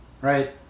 Right